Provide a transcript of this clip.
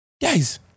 Guys